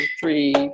three